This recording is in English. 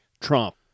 Trump